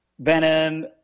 Venom